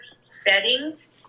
settings